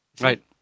Right